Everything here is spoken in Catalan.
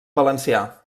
valencià